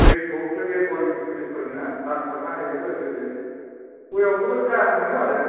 दैखौ आमफ्राय बे गय फुलिफोरनो रानसारना होयो लोगोसे गयावबो साया मोनो आरो